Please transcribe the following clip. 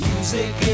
Music